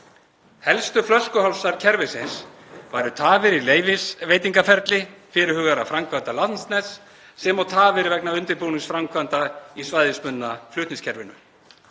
Helstu flöskuhálsar kerfisins væru tafir í leyfisveitingaferli fyrirhugaðra framkvæmda Landsnets, sem og tafir vegna undirbúningsframkvæmda í svæðisbundna flutningskerfinu.